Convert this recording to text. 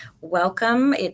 welcome